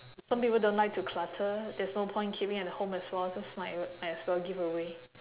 some people don't like to clutter there's no point keeping at home as well so might might as well give away